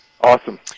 Awesome